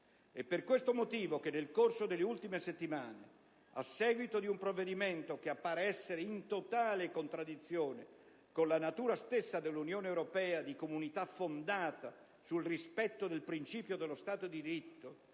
È per questo motivo che nel corso delle ultime settimane, a seguito di un provvedimento che appare essere in totale contraddizione con la natura stessa dell'Unione europea di comunità fondata sul rispetto del principio dello Stato di diritto